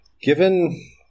Given